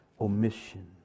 omission